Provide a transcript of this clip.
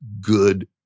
good